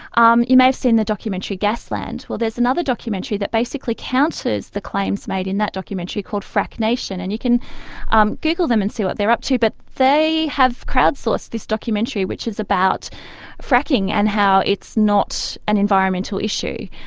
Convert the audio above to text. um you may have seen the documentary gasland. well, there's another documentary that basically counters the claims made in that documentary called fracknation, and you can um google them and see what they're up to. but they have crowd sourced this documentary which is about fracking and how it's not an environmental issue.